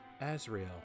Azrael